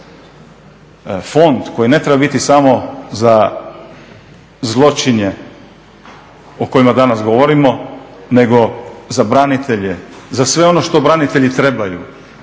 fond koji ne treba biti samo za zločinje o kojima danas govorimo nego za branitelje, za sve ono što branitelji trebaju,